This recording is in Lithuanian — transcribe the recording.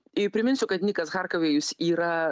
į priminsiu kad nikas harkavėjus yra